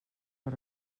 per